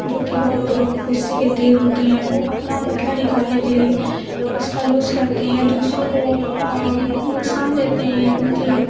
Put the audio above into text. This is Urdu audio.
جو کہ بہت غصے کے تیز ہوتے ہیں وہ اپنا بدلہ نکالنے کے لیے اس کا یوز کرتے ہیں دوسروں کو نقصان دیتے ہیں ان کے